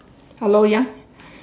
hello ya